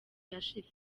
yashize